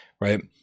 right